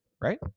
Right